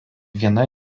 viena